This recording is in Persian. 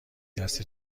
دسته